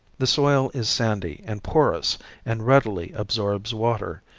the soil is sandy and porous and readily absorbs water,